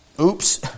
Oops